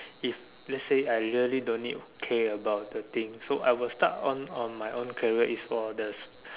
if let's say I'm really don't need care about the thing so I'm will start on on my own credible Easter orders